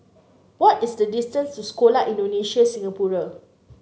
what is the distance to Sekolah Indonesia Singapura